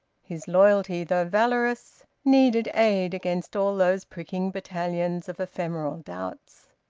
his loyalty, though valorous, needed aid against all those pricking battalions of ephemeral doubts.